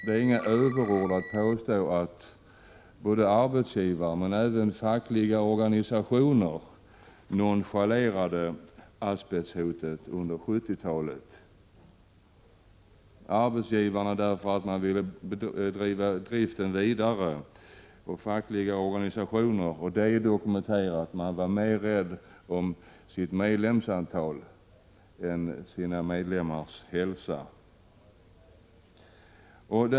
Det är inga överord att påstå att både arbetsgivare och även fackliga organisationer nonchalerade asbesthotet under 1970-talet: arbetsgivarna därför att de ville fortsätta med driften och de fackliga organisationerna — och det är dokumenterat — därför att de var mer rädda om sitt medlemsantal än om sina medlemmars hälsa.